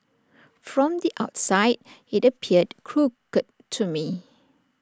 from the outside IT appeared crooked to me